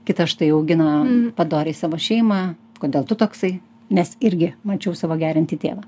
kitas štai augina padoriai savo šeimą kodėl tu toksai nes irgi mačiau savo geriantį tėvą